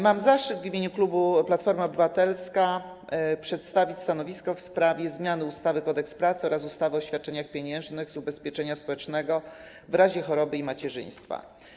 Mam zaszczyt w imieniu klubu Platforma Obywatelska przedstawić stanowisko w sprawie zmiany ustawy Kodeks pracy oraz ustawy o świadczeniach pieniężnych z ubezpieczenia społecznego w razie choroby i macierzyństwa.